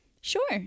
Sure